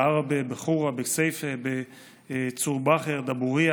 בעראבה, בחורה, בכסייפה, בצור באהר, בדבורייה.